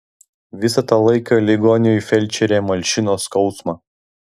visą tą laiką ligoniui felčerė malšino skausmą